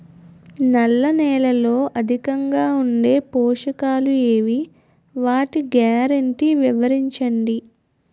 నల్ల నేలలో అధికంగా ఉండే పోషకాలు ఏవి? వాటి గ్యారంటీ వివరించండి?